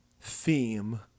theme